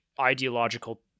ideological